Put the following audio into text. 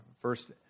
First